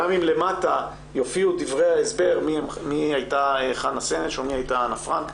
גם אם למטה יופיעו דברי ההסבר מי הייתה חנה סנש או מי הייתה אנה פרנק,